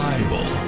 Bible